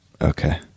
Okay